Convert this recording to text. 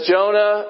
Jonah